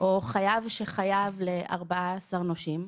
או חייב שחייב ל-14 נושים?